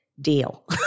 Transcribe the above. deal